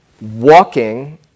walking